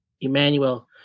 Emmanuel